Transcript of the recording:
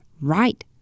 Right